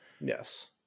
Yes